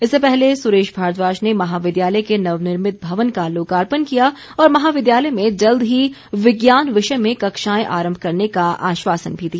इससे पहले सुरेश भारद्वाज ने महाविद्यालय के नव निर्भित भवन का लोकार्पण किया और महाविद्यालय में जल्द ही विज्ञान विषय में कक्षाए आरंभ करने का आश्वासन भी दिया